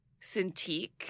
Cintiq